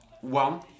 one